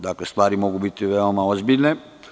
Dakle, stvari mogu biti veoma ozbiljne.